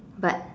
but